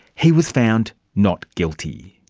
he was found not guilty.